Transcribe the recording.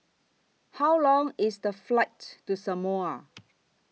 How Long IS The Flight to Samoa